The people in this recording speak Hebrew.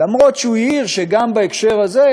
אף-על-פי שהוא העיר שגם בהקשר הזה,